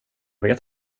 vet